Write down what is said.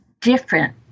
different